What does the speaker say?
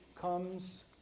comes